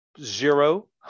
zero